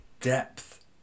depth